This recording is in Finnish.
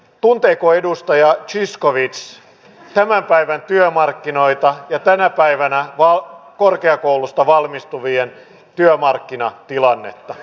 tunteeko edustaja zyskowicz tämän päivän työmarkkinoita ja tänä päivänä korkeakoulusta valmistuvien työmarkkinatilannetta